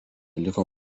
liko